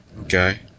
Okay